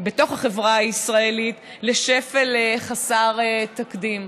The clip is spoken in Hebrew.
בתוך החברה הישראלית לשפל חסר תקדים.